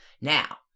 Now